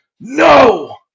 No